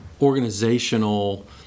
organizational